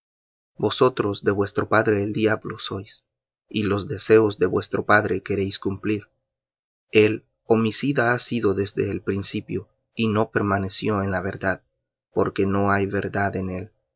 vosotros de padre el diablo sois y los deseos de vuestro padre queréis cumplir el homicida ha sido desde el principio y no permaneció en la verdad porque no hay verdad en él